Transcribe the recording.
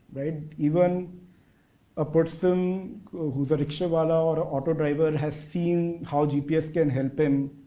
even a person who's a rikshawala or auto driver has seen how gps can help them